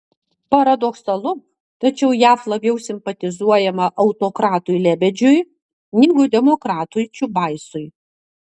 paradoksalu tačiau jav labiau simpatizuojama autokratui lebedžiui negu demokratui čiubaisui